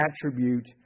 attribute